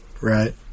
Right